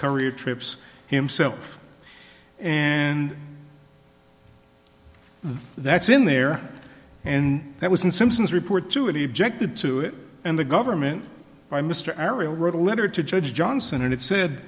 career trips himself and that's in there and that was in simpson's report two of the objected to it and the government by mr ariel wrote a letter to judge johnson and it said